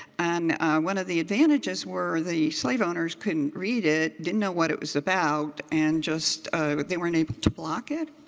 and one of the advantages were the slave owners couldn't read it, didn't know what it was about and they weren't able to block it.